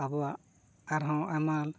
ᱟᱵᱚᱣᱟᱜ ᱟᱨᱦᱚᱸ ᱟᱭᱢᱟ